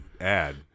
add